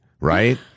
right